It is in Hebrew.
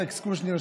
לאלכס קושניר,